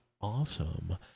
awesome